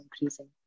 increasing